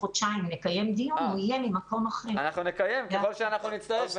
אנחנו נקיים ככל שאנחנו נצטרך,